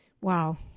wow